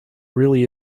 really